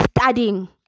studying